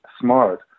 smart